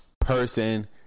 person